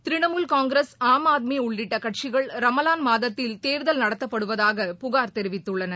Trinamool Congress Aam Aadmi உள்ளிட்ட கட்சிகள் ரமலாள் மாதத்தில் தேர்தல் நடத்தப்படுவதாக புகார் தெரிவித்துள்ளன